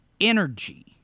energy